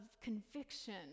conviction